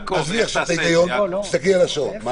עזבי עכשיו את ההיגיון, תסתכלי על השעון.